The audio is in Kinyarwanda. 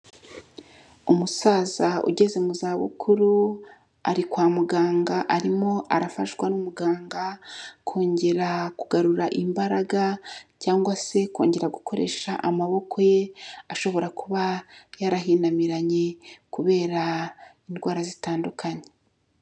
Umusaza ugeze mu zabukuru, ari kwa muganga, arimo arafashwa n'umuganga kongera kugarura imbaraga cyangwa se kongera gukoresha amaboko ye ashobora kuba yarahinamiranye kubera indwara zitandukanye.